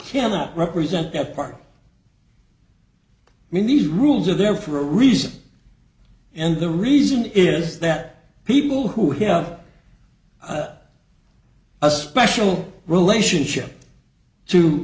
cannot represent that part in these rules are there for a reason and the reason is that people who have a special relationship t